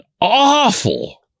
awful